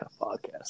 podcast